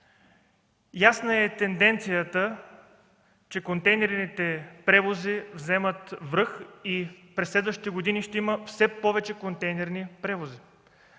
Ясна е тенденцията, че контейнерните превози вземат връх и през следващите години ще има все повече контейнерни превози.